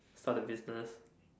start a business